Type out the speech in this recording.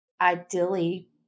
ideally